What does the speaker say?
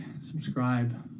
subscribe